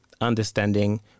understanding